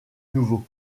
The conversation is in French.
nouveaux